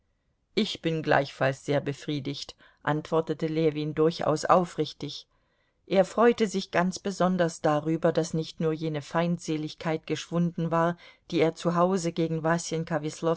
ich bin gleichfalls sehr befriedigt antwortete ljewin durchaus aufrichtig er freute sich ganz besonders darüber daß nicht nur jene feindseligkeit geschwunden war die er zu hause gegen